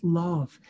love